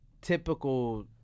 Typical